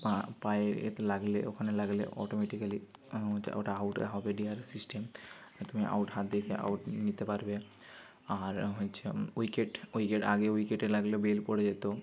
পা পায়ে এতে লাগলে ওখানে লাগলে অটোমেটিকালি ওটা আউটে হবে ডিআরএস সিস্টেম তুমি আউট হাত দেখিয়ে আউট নিতে পারবে আর হচ্ছে উইকেট উইকেট আগে উইকেটে লাগলে বেল পড়ে যেতো